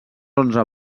onze